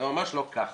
זה ממש לא כך,